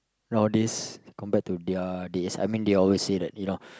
all these compared to their this I mean they always say that you know